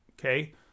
okay